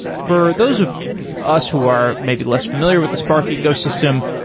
for those of us who are maybe less familiar with the spark ecosystem,